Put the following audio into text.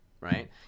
right